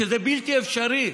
וזה בלתי אפשרי.